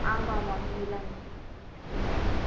आमामां मिलामः धन्यवादः